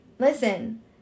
listen